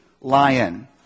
lion